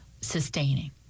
sustaining